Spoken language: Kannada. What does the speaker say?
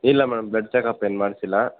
ಇಲ್ಲ ಮೇಡಮ್ ಬ್ಲಡ್ ಚೆಕಪ್ ಏನೂ ಮಾಡಿಸಿಲ್ಲ